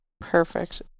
perfect